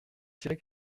tirer